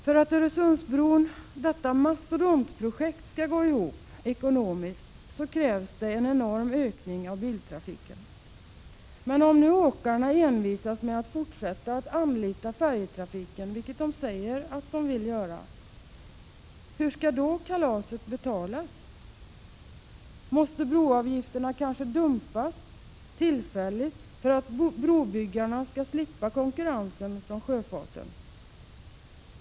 För att Öresundsbron, detta mastodontprojekt, skall gå ihop ekonomiskt krävs en enorm ökning av biltrafiken. Men om nu åkarna envisas med att fortsätta att anlita färjetrafiken, vilket de säger sig vilja göra, hur skall kalaset då betalas? Måste broavgifterna kanske tillfälligt dumpas för att brobyggarna skall slippa konkurrensen från sjöfarten?